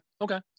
okay